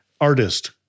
artist